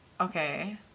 okay